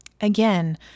Again